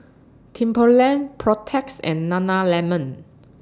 Timberland Protex and Nana Lemon